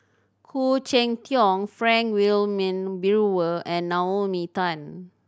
Khoo Cheng Tiong Frank Wilmin Brewer and Naomi Tan